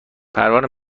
پروانه